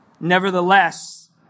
Nevertheless